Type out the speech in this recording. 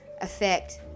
affect